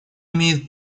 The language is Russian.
имеет